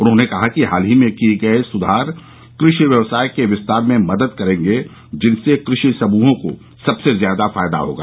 उन्होंने कहा कि हाल में किए गए सुधार कृषि व्यवसाय के विस्तार में मदद करेंगे जिनसे कृषि समूहों को सबसे ज्यादा फायदा होगा